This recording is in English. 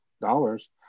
dollars